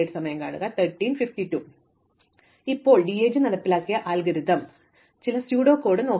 അതിനാൽ ഞങ്ങൾ ഇപ്പോൾ DAG നടപ്പിലാക്കിയ അൽഗോരിതം ചില കപട കോഡ് നോക്കാം